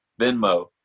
Venmo